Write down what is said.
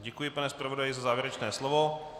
Děkuji, pane zpravodaji, za závěrečné slovo.